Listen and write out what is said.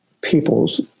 people's